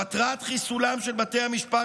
מטרת חיסולם של בתי המשפט,